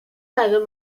meddwl